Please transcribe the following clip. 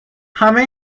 همه